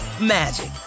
magic